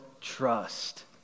trust